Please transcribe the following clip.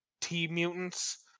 T-mutants